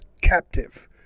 captive